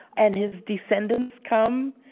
and his descendants come.